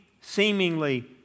seemingly